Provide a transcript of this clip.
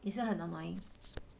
你是很多 mind